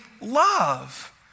love